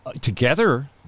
together